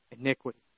iniquity